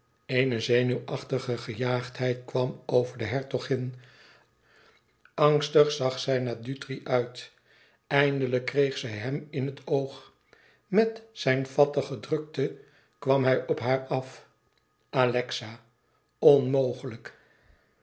eene zenuwachtige gejaagdheid kwam over de hertogin angstig zag zij naar dutri uit eindelijk kreeg zij hem in het oog met zijn fattige drukte kwam hij op haar af alexa onmogelijk